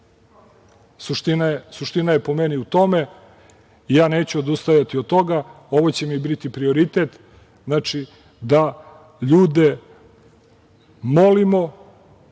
sada. Suština je, po meni, u tome. Ja neću odustajati od toga. Ovo će mi biti prioritet, da ljude molimo